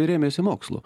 remėsi mokslu